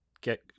get